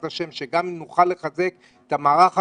ה' שגם נוכל לחזק את המערך הפסיכולוגי,